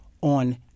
on